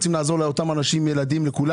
ורוצים לעזור לאותם אנשים ולכולם,